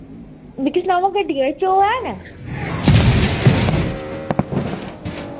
मिकी सनाओ हां गड्डिये च ओह् ऐ